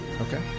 Okay